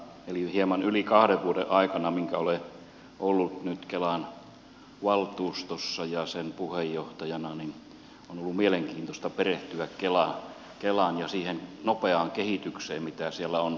tämän hieman yli kahden vuoden aikana minkä olen ollut nyt kelan valtuustossa ja sen puheenjohtajana on ollut mielenkiintoista perehtyä kelaan ja siihen nopeaan kehitykseen mitä siellä on tapahtunut